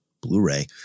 Blu-ray